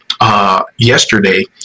Yesterday